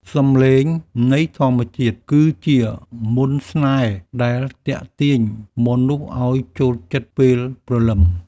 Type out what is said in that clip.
សំឡេងនៃធម្មជាតិគឺជាមន្តស្នេហ៍ដែលទាក់ទាញមនុស្សឱ្យចូលចិត្តពេលព្រលឹម។